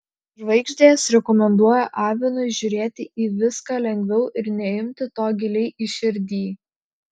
žvaigždės rekomenduoja avinui žiūrėti į viską lengviau ir neimti to giliai į širdį